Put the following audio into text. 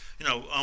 you know,